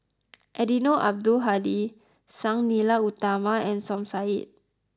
Eddino Abdul Hadi Sang Nila Utama and Som Said